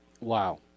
wow